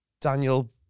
Daniel